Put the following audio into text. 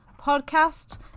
podcast